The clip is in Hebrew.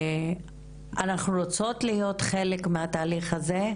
שאנחנו רוצות להיות חלק מהתהליך הזה,